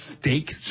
steak